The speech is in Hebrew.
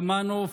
תמנו,